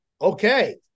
Okay